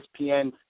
ESPN